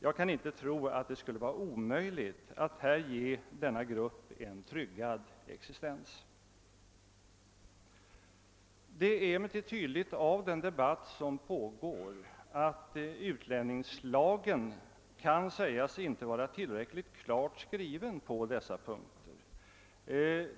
Jag kan inte tro att det skulle vara omöjligt att bereda denna grupp en tryggad existens i vårt land. Det är emellertid av den debatt som pågår tydligt att utlänningslagen inte är tillräckligt klart skriven på de aktuella punkterna.